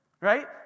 right